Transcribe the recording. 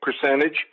percentage